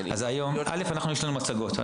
יש לנו מצגות.